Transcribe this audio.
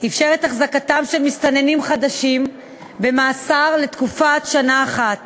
אפשר את החזקתם של מסתננים חדשים במאסר לתקופה של שנה אחת